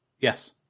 Yes